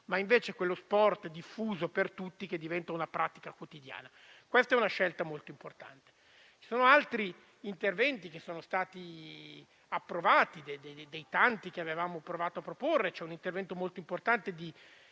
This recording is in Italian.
ma come lo sport diffuso per tutti che diventa una pratica quotidiana. Si tratta di una scelta molto importante. Ci sono altri interventi che sono stati approvati dei tanti che avevamo provato a proporre. Ad esempio ve n'è uno molto importante di